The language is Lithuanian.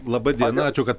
laba diena ačiū kad